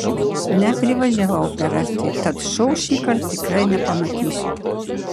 neprivažiavau per arti tad šou šįkart tikrai nepamatysiu